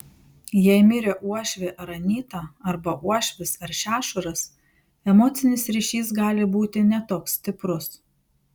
jei mirė uošvė ar anyta arba uošvis ar šešuras emocinis ryšys gali būti ne toks stiprus